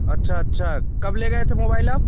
अच्छा अच्छा कब ले गए थे मोबाइल आप